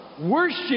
worship